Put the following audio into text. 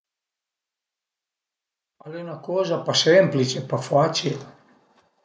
Al e 'na coza pa semplic, ma facil